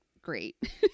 great